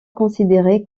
considérée